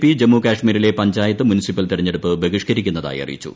P Jammu കാശ്മീരിലെ panchayat municipal തെരഞ്ഞെടുപ്പ് ബഹിഷ്കരിക്കുന്നതായി അറിയിച്ചു